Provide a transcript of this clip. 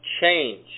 change